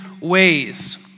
ways